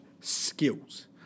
skills